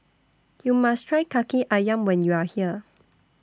YOU must Try Kaki Ayam when YOU Are here